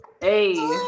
Hey